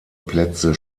plätze